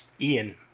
Ian